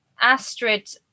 Astrid